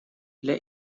для